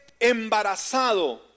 embarazado